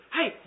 Hey